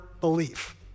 belief